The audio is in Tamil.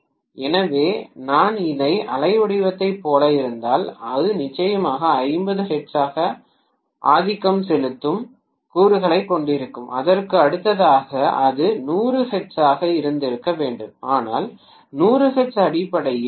எனவே நான் இந்த அலைவடிவத்தைப் போலவே இருந்தால் அது நிச்சயமாக 50 ஹெர்ட்ஸாக ஆதிக்கம் செலுத்தும் கூறுகளைக் கொண்டிருக்கும் அதற்கு அடுத்ததாக அது 100 ஹெர்ட்ஸாக இருந்திருக்க வேண்டும் ஆனால் 100 ஹெர்ட்ஸ் அடிப்படையில் டி